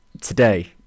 today